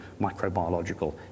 microbiological